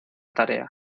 tarea